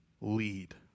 lead